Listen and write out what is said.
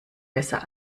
besser